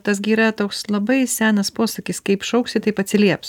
tas gi yratoks labai senas posakis kaip šauksi taip atsilieps